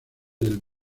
del